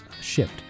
shipped